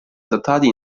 adattati